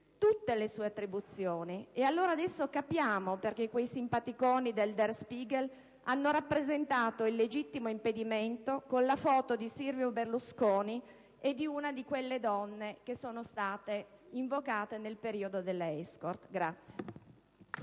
tutte le sue attribuzioni; e allora adesso capiamo perché quei simpaticoni di «Der Spiegel» hanno rappresentato il legittimo impedimento con la foto di Silvio Berlusconi e di una di quelle donne invocate nel periodo delle *escort*.